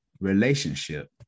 relationship